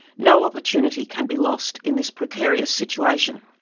no opportunity can be lost in this precarious situation.